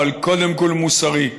אבל קודם כול מוסרי.